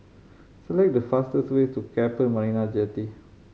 select the fastest way to Keppel Marina Jetty